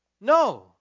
No